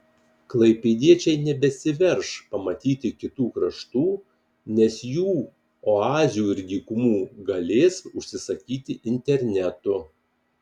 klaipėdiečiai nebesiverš pamatyti kitų kraštų nes jų oazių ir dykumų galės užsisakyti internetu